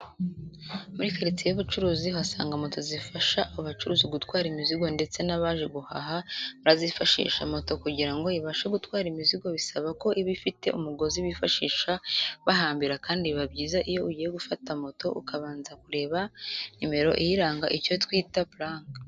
Muri karitsiye y'ubucuruzi uhasanga moto zifasha abacuruzi gutwara imizigo ndetse n'abaje guhaha barazifashisha. Moto kugira ngo ibashe gutwara imizigo bisaba ko iba ifite umugozi bifashisha bahambira kandi biba byiza iyo ugiye gufata moto ukabanza kureba nimero iyiranga icyo twita purake.